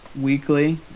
weekly